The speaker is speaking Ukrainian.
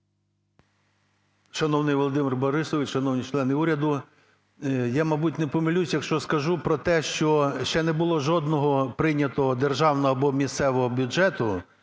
Шановний Володимире Борисовичу, шановні члени уряду, я, мабуть, не помилюся, якщо скажу про те, що ще не було жодного прийнятого Державного або місцевого бюджету